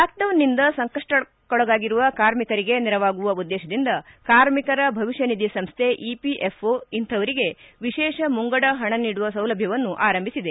lock down ನಿಂದ ಸಂಕಷ್ಟಕ್ಕೊಳಗಾಗಿರುವ ಕಾರ್ಮಿಕರಿಗೆ ನೆರವಾಗುವ ಉದ್ದೇಶದಿಂದ ಕಾರ್ಮಿಕರ ಭವಿಷ್ಠ ನಿಧಿ ಸಂಸ್ಹೆ ಇಪಿಎಫ್ ಒ ಇಂತಪವರಿಗೆ ವಿಶೇಷ ಮುಂಗಡ ಪಣ ನೀಡುವ ಸೌಲಭ್ಯವನ್ನು ಆರಂಭಿಸಿದೆ